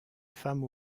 femme